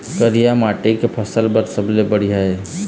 करिया माटी का फसल बर सबले बढ़िया ये?